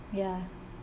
ya